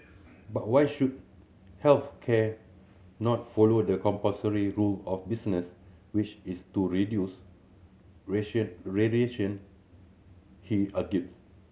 but why should health care not follow the compulsory rule of business which is to reduce variation he a did